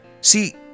See